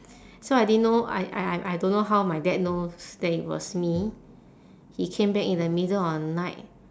so I didn't know I I I I don't know how my dad knows that it was me he came back in the middle of night